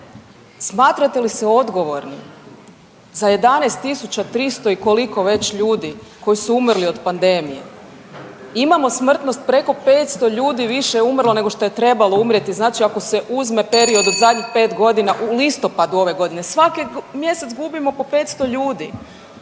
Smatrate li se odgovornim za 11.300 i koliko već ljudi koji su umrli od pandemije. Imamo smrtnost preko 500 ljudi je više umrlo nego što je trebalo umrijeti, znači ako se uzme period od zadnjih 5 godina u listopadu ove godine. Svaki mjesec gubimo po 500 ljudi.